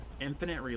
infinite